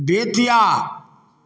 Bettiah